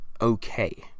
okay